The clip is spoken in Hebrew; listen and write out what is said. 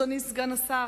אדוני סגן השר,